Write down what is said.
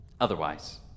otherwise